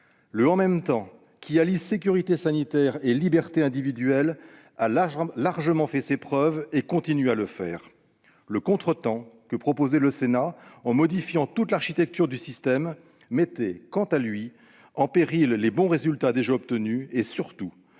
Le « en même temps », qui allie sécurité sanitaire et liberté individuelle, a largement fait ses preuves et continue à les faire. Le contretemps que proposait le Sénat en modifiant toute l'architecture du système mettait, quant à lui, en péril les bons résultats déjà obtenus et, surtout,